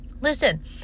Listen